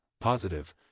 positive